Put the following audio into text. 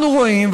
אנחנו רואים,